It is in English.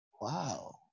Wow